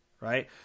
right